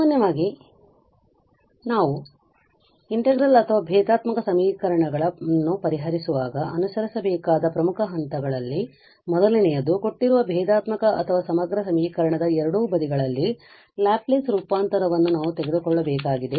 ಸಾಮಾನ್ಯವಾಗಿ ನಾವು ಸಮಗ್ರ ಅಥವಾ ಭೇದಾತ್ಮಕ ಸಮೀಕರಣಗಳ ಪರಿಹರಿಸುವಾಗ ಅನುಸರಿಸಬೇಕಾದ ಪ್ರಮುಖ ಹಂತಗಳಲ್ಲಿ ಮೊದಲನೆಯದು ಕೊಟ್ಟಿರುವ ಭೇದಾತ್ಮಕ ಅಥವಾ ಸಮಗ್ರ ಸಮೀಕರಣದ ಎರಡೂ ಬದಿಗಳಲ್ಲಿ ಲ್ಯಾಪ್ಲೇಸ್ ರೂಪಾಂತರವನ್ನು ನಾವು ತೆಗೆದುಕೊಳ್ಳಬೇಕಾಗಿದೆ